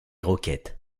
roquettes